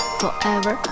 forever